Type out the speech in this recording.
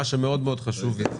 מה שמאוד מאוד חשוב, איציק,